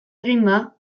eginda